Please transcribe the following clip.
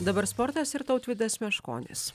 dabar sportas ir tautvydas meškonis